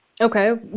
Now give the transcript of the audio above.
okay